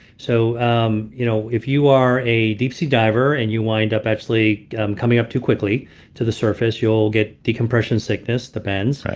so um you know if you are a deep sea diver and you wind up actually coming up too quickly to the surface you'll get decompression sickness, the bends,